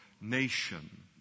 nation